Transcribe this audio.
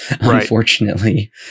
unfortunately